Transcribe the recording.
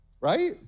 Right